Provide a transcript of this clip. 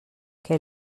què